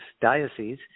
diocese